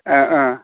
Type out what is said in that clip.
अ अ